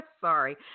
sorry